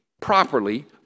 properly